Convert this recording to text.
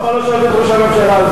למה לא שאלת את ראש הממשלה על זה?